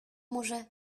może